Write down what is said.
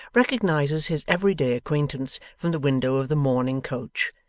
recognizes his every-day acquaintance from the window of the mourning coach,